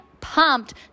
pumped